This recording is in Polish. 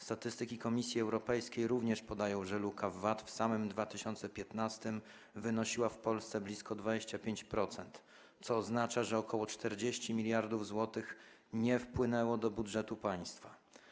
Statystyki Komisji Europejskiej również podają, że luka w VAT w samym 2015 r. wynosiła w Polsce blisko 25%, co oznacza, że ok. 40 mld zł nie wpłynęło do budżetu państwa.